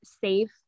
safe